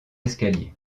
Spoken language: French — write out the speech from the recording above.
escaliers